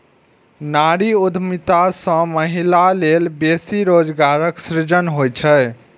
नारी उद्यमिता सं महिला लेल बेसी रोजगारक सृजन होइ छै